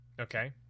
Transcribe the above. Okay